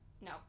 No